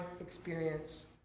experience